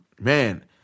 man